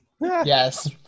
Yes